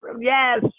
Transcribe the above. Yes